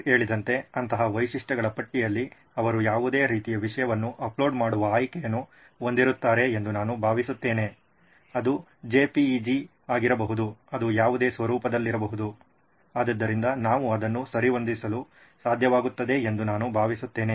sir ಹೇಳಿದಂತೆ ಅಂತಹ ವೈಶಿಷ್ಟ್ಯಗಳ ಪಟ್ಟಿಯಲ್ಲಿ ಅವರು ಯಾವುದೇ ರೀತಿಯ ವಿಷಯವನ್ನು ಅಪ್ಲೋಡ್ ಮಾಡುವ ಆಯ್ಕೆಯನ್ನು ಹೊಂದಿರುತ್ತಾರೆ ಎಂದು ನಾನು ಭಾವಿಸುತ್ತೇನೆ ಅದು JPEG ಆಗಿರಬಹುದು ಅದು ಯಾವುದೇ ಸ್ವರೂಪದಲ್ಲಿರಬಹುದು ಆದ್ದರಿಂದ ನಾವು ಅದನ್ನು ಸರಿಹೊಂದಿಸಲು ಸಾಧ್ಯವಾಗುತ್ತದೆ ಎಂದು ನಾನು ಭಾವಿಸುತ್ತೇನೆ